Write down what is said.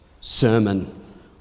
sermon